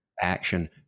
action